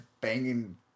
banging